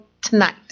tonight